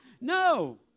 No